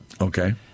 Okay